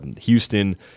houston